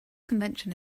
convention